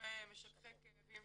30% במדינה.